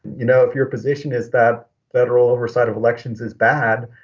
you know, if your position is that federal oversight of elections is bad,